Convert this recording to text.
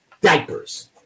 diapers